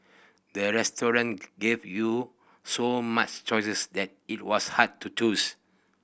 the restaurant give you so much choices that it was hard to choose